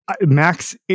Max